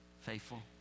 faithful